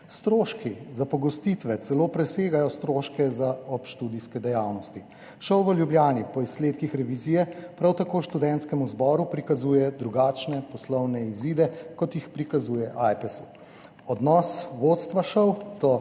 Stroški za pogostitve celo presegajo stroške za obštudijske dejavnosti. ŠOU v Ljubljani po izsledkih revizije prav tako študentskemu zboru prikazuje drugačne poslovne izide, kot jih prikazuje Ajpesu. Odnos vodstva ŠOU do